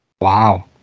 Wow